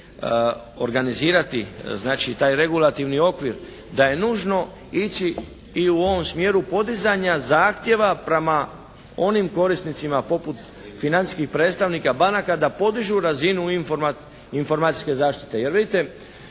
organizirati. Znači, taj regulativni okvir da je nužno ići i u ovom smjeru podizanja zahtjeva prema onim korisnicima poput financijskih predstavnika banaka da podižu razinu informacijske zaštite.